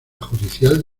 judicial